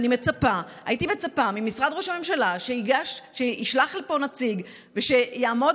הייתי מצפה ממשרד ראש הממשלה שישלח לפה נציג שיעמוד